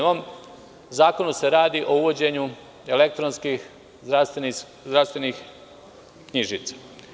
U ovom zakonu se radi o uvođenju elektronskih zdravstvenih knjižica.